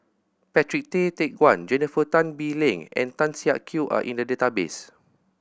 Patrick Tay Teck Guan Jennifer Tan Bee Leng and Tan Siak Kew are in the database